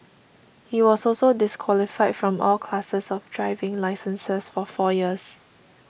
he was also disqualified from all classes of driving licenses for four years